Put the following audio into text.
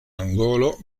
angolo